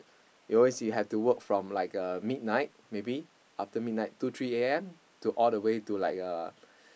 you always see like have to work from uh midnight maybe after midnight two three A_M to all the way to like uh